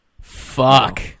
fuck